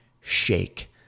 shake